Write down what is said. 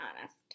honest